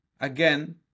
again